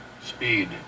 Speed